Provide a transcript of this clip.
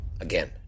Again